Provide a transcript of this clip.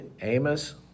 Amos